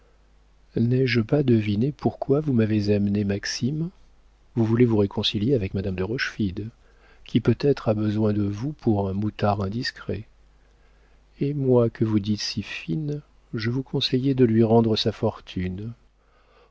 n'ai-je pas deviné pourquoi vous m'avez amené maxime vous voulez vous réconcilier avec madame de rochefide qui peut-être a besoin de vous pour un moutard indiscret et moi que vous dites si fine je vous conseillais de lui rendre sa fortune